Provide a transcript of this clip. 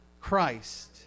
Christ